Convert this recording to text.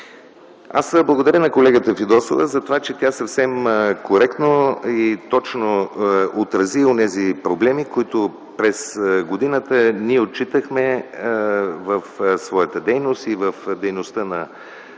Аз благодаря на колегата Фидосова за това, че тя съвсем коректно и точно отрази онези проблеми, които през годината ние отчитахме в своята дейност и в дейността на